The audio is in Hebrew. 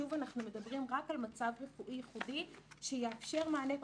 שוב אנחנו מדברים רק על מצב רפואי ייחודי שיאפשר מענה פרטני.